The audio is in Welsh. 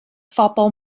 phobl